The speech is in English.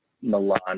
Milan